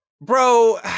bro